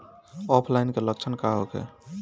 ऑफलाइनके लक्षण का होखे?